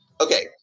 Okay